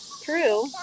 true